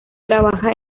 trabaja